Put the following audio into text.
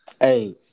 Hey